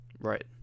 right